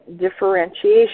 differentiation